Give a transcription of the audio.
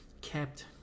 kept